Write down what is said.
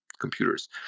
computers